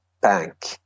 bank